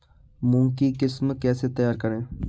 मूंग की किस्म कैसे तैयार करें?